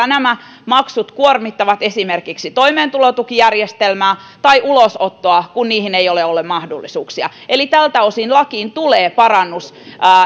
nämä maksut kuormittavat esimerkiksi toimeentulotukijärjestelmää tai ulosottoa kun niihin ei ole ollut mahdollisuuksia eli tältä osin lakiin tulee parannus